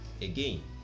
Again